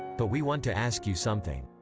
but we want to ask you something.